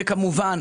וכמובן,